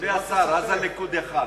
אדוני השר, אז הליכוד היה יכול.